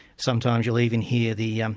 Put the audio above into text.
sometimes you'll even hear the yeah um